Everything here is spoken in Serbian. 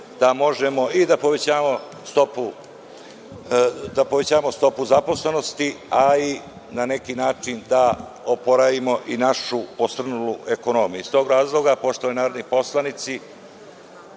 da možemo da povećamo stopu zaposlenosti, a i na neki način da oporavimo našu posrnulu ekonomiju. Iz tog razloga, poštovani narodni poslanici,